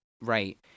right